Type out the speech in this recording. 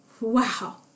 wow